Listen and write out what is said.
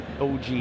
OG